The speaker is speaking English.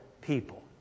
people